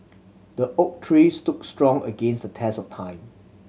the oak tree stood strong against the test of time